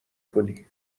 کنی